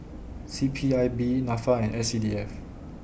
C P I B Nafa and S C D F